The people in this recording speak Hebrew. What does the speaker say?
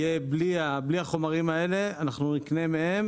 יהיה בלי החומרים האלה אנחנו נקנה מהם